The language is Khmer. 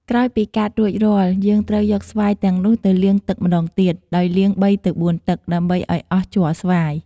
ក្រោយពីកាត់រួចរាល់ យើងត្រូវយកស្វាយទាំងនោះទៅលាងទឹកម្ដងទៀត ដោយលាង៣ទៅ៤ទឹក ដើម្បីឱ្យអស់ជ័រស្វាយ។